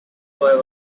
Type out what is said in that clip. boy